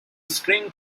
string